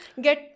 get